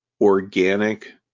organic